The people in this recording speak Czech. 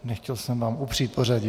Nechtěl jsem vám upřít pořadí.